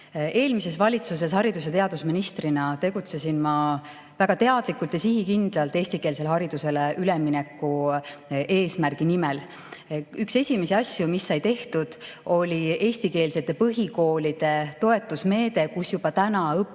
Eelmises valitsuses ma haridus- ja teadusministrina tegutsesin väga teadlikult ja sihikindlalt eestikeelsele haridusele ülemineku eesmärgi nimel. Üks esimesi asju, mis sai tehtud, oli selliste eestikeelsete põhikoolide toetamise meede, kus juba praegu